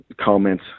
comment